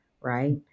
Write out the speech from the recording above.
Right